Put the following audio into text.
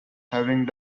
having